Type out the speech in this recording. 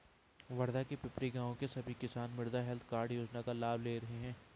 वर्धा के पिपरी गाँव के सभी किसान मृदा हैल्थ कार्ड योजना का लाभ ले रहे हैं